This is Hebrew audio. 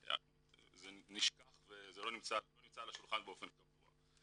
זה נשכח ולא נמצא על השולחן באופן קבוע.